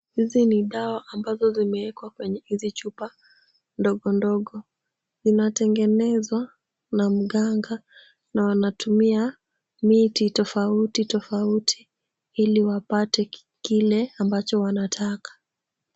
Hizi ni dawa ambazo zimewekwa kwenye hizi chupa ndogondogo. Zinatengenezwa na mganga na wanatumia miti tofauti tofauti ili wapate kile ambacho wanataka.